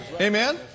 Amen